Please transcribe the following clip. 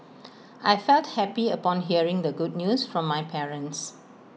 I felt happy upon hearing the good news from my parents